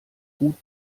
gut